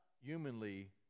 humanly